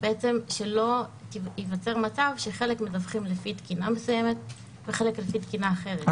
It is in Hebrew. שלא ייווצר מצב שחלק מדווחים לפי תקינה מסוימת וחלק לפי תקינה אחרת.